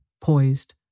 poised